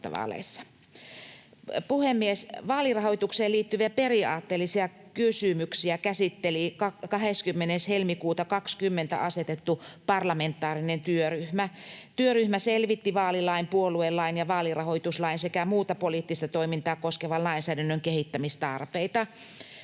Puhemies! Vaalirahoitukseen liittyviä periaatteellisia kysymyksiä käsitteli 20. helmikuuta 20 asetettu parlamentaarinen työryhmä. Työryhmä selvitti vaalilain, puoluelain ja vaalirahoituslain sekä muuta poliittista toimintaa koskevan lainsäädännön kehittämistarpeita.